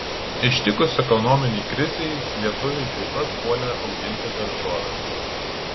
ištikus ekonominei krizei lietuviai taip pat puolė auginti daržoves